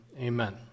Amen